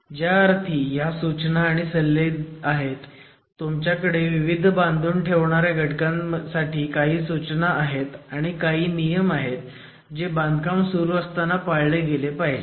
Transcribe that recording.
ज्या अर्थी ह्या सूचना आणि सल्ले आहेत तुमच्याकडे विविध बांधून ठेवणाऱ्या घटकांसाठी काही सूचना आहेत आणि काही नियम आहेत जे बांधकाम सुरू असताना पाळले गेले पाहिजेत